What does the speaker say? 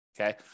Okay